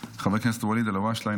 חבר הכנסת ואליד אלהואשלה,